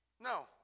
No